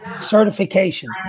certification